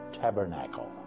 Tabernacle